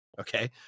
Okay